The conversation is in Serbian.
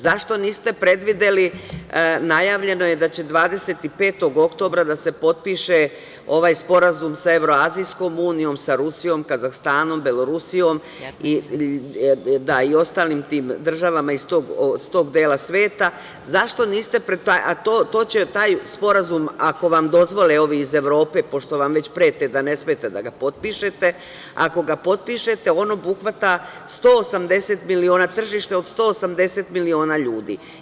Zašto niste predvideli, najavljeno je da će 25. oktobra da se potpiše ovaj sporazum sa Evroazijskom Unijom, sa Rusijom, Kazahstanom, Belorusijom i ostalim tim državama iz tog dela sveta, zašto niste, a taj sporazum, ako vam dozvole ovi iz Evrope, pošto vam već prete da ne smete da ga potpišete, ako ga potpišete on obuhvata tržište od 180 miliona ljudi.